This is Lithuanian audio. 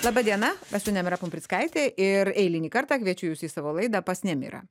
laba diena esu nemira pumprickaitė ir eilinį kartą kviečiu jus į savo laidą pas nemirą